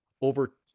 over